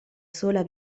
sola